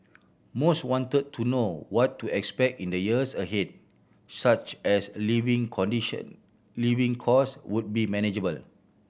most wanted to know what to expect in the years ahead such as living condition living cost would be manageable